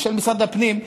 של משרד הפנים,